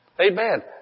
Amen